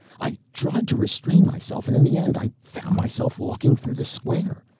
i tried to restrain myself, and in the end i found myself walking through the square.